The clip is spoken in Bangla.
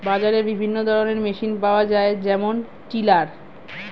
বাজারে বিভিন্ন ধরনের মেশিন পাওয়া যায় যেমন টিলার